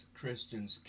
Christians